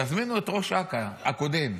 תזמינו את ראש אכ"א הקודם.